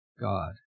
God